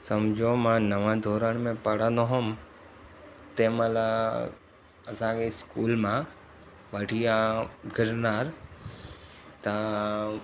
सम्झो मां नव दौरनि में पढ़ंदो हुयुमि तंहिंमहिल असांखे स्कूल मां वठी विया गिरनल त